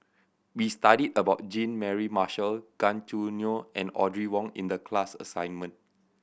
we studied about Jean Mary Marshall Gan Choo Neo and Audrey Wong in the class assignment